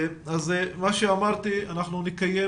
תוך שבועיים אנחנו נקיים